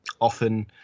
often